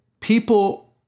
people